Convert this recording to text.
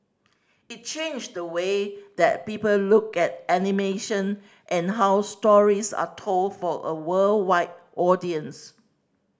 it changed the way that people look at animation and how stories are told for a worldwide audience